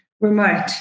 remote